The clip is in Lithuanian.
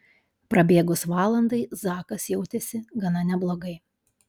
prabėgus valandai zakas jautėsi gana neblogai